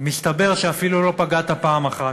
מסתבר שאפילו לא פגעת פעם אחת.